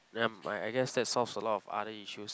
um I I guess that solves alot of other issues